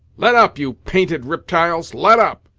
let up, you painted riptyles let up!